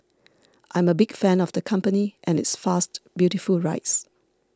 I am a big fan of the company and its fast beautiful rides